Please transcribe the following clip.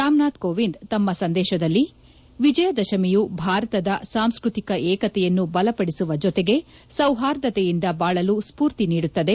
ರಾಮನಾಥ್ ಕೋವಿಂದ್ ತಮ್ಮ ಸಂದೇಶದಲ್ಲಿ ವಿಜಯದಶಮಿಯು ಭಾರತದ ಸಾಂಸ್ಕೃತಿಕ ಏಕತೆಯನ್ನು ಬಲಪದಿಸುವ ಜೊತೆಗೆ ಸೌಹಾರ್ದತೆಯಿಂದ ಬಾಳಲು ಸ್ಪೂರ್ತಿ ನೀಡುತ್ತದೆ